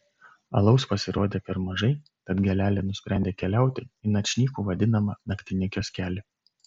alaus pasirodė per mažai tad gėlelė nusprendė keliauti į načnyku vadinamą naktinį kioskelį